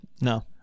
No